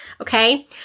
Okay